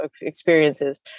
experiences